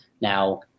now